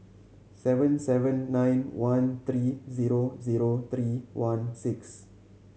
seven seven nine one three zero zero three one six